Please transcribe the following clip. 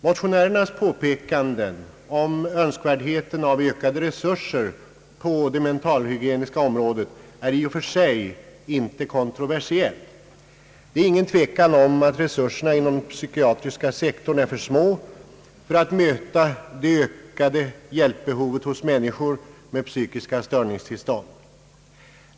Motionärernas påpekanden om önskvärdheten av ökade resurser på det mentalhygieniska området är i och för sig inte kontroversiella. Det är ingen tvekan om att resurserna inom den psykiatriska sektorn är för små för att möta det ökade hjälpbehovet hos människor med psykiska störningstillstånd.